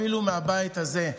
אפילו מהבית הזה.